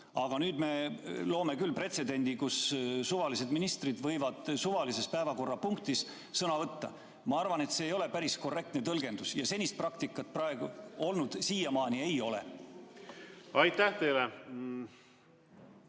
Aga nüüd me loome pretsedendi, et suvalised ministrid võivad suvalises päevakorrapunktis sõna võtta. Ma arvan, et see ei ole päris korrektne tõlgendus ja sellist praktikat siiamaani olnud ei ole. Aitäh!